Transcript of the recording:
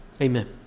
Amen